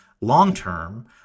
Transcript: long-term